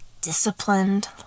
disciplined